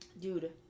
dude